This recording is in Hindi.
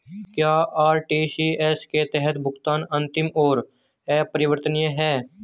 क्या आर.टी.जी.एस के तहत भुगतान अंतिम और अपरिवर्तनीय है?